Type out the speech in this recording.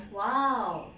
!wow!